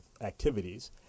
activities